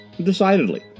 Decidedly